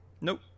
Nope